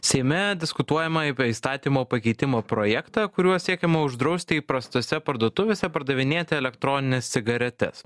seime diskutuojama apie įstatymo pakeitimo projektą kuriuo siekiama uždrausti įprastose parduotuvėse pardavinėti elektronines cigaretes